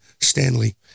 Stanley